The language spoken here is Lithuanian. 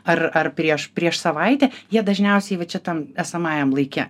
ar ar prieš prieš savaitę jie dažniausiai va čia tam esamajam laike